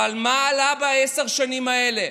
אבל מה עלה בעשר השנים האלה?